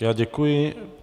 Já děkuji.